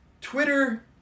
Twitter